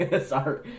Sorry